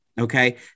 okay